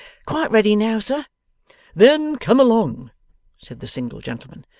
quite ready now, sir then come along said the single gentleman.